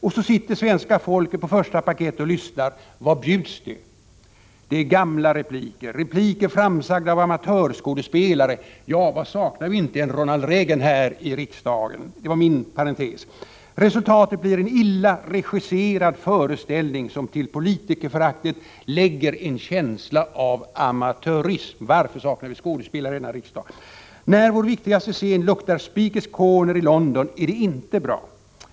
Och så sitter svenska folket på första parkett och lyssnar. Vad bjuds de? Det är gamla repliker. Repliker framsagda av amatörskådespelare.” — Ja, saknar vi inte en Ronald Reagan här i riksdagen? — ”Resultatet blir en illa regisserad föreställning som till politikerföraktet lägger en känsla av amatörism.” — Varför saknar vi skådespelare i denna riksdag? ”När vår viktigaste scen luktar Speakers Corner i London är det inte bra.